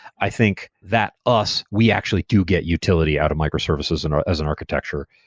i think that us, we actually do get utility out of microservices and as an architecture.